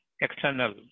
external